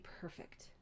perfect